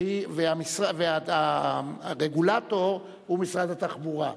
שהיא, והרגולטור הוא משרד התחבורה.